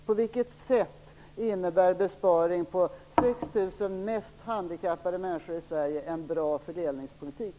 På vilket sätt innebär en besparing på 6 000 av de mest handikappade människorna i Sverige en god fördelningspolitik?